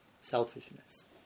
selfishness